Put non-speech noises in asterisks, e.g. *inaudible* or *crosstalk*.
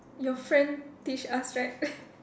your friend teach us right *laughs*